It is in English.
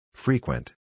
Frequent